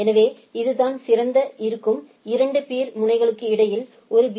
எனவே இதுதான் திறந்த இருக்கும் இரண்டு பீர் முனைகளுக்கு இடையில் ஒரு பி